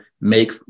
make